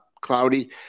cloudy